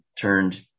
turned